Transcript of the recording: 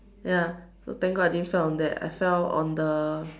ya so thank God I didn't fell on that I fell on the